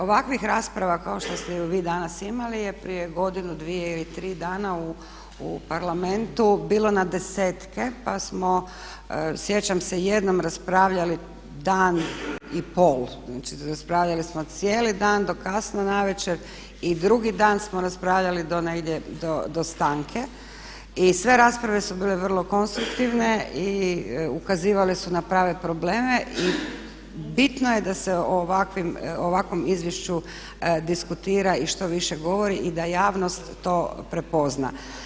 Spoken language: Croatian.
Ovakvih rasprava kao što ste ju vi danas imali je prije godinu, dvije ili tri dana u Parlamentu bilo na desetke pa smo, sjećam se jednom raspravljali dan i pol, znači raspravljali smo cijeli dan do kasno navečer i drugi dan smo raspravljali do negdje, do stanke i sve rasprave su bile vrlo konstruktivne i ukazivale su na prave probleme i bitno je da se o ovakvom izvješću diskutira i što više govori i da javnost to prepozna.